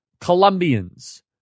Colombians